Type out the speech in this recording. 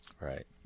Right